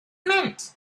meant